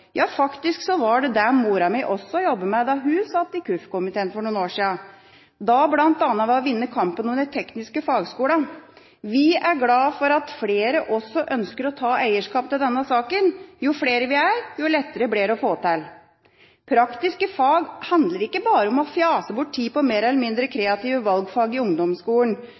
Ja, faktisk var det det moren min også jobbet med da hun satt i KUF-komiteen for noen år siden – da bl.a. ved å vinne kampen om de tekniske fagskolene. Vi er glade for at flere også ønsker å ta eierskap til denne saken. Jo flere vi er, jo lettere blir det å få det til. Praktiske fag handler ikke bare om å fjase bort tid på mer eller mindre kreative valgfag i ungdomsskolen